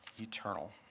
eternal